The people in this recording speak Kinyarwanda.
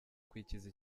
kwikiza